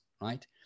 Right